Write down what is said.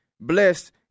blessed